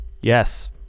Yes